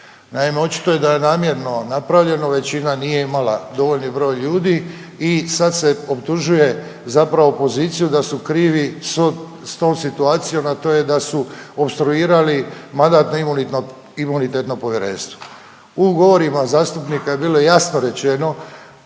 Naime, očito je da je namjerno napravljeno. Većina nije imala dovoljni broj ljudi i sad se optužuje zapravo poziciju da su krivi sa tom situacijom, a to je da su opstruirali Mandatno-imunitetno povjerenstvo. U govorima zastupnika je bilo jasno rečeno